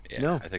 no